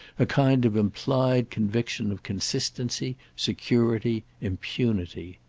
a kind of implied conviction of consistency, security, impunity.